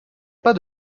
pas